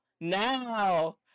now